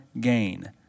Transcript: gain